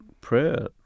prayer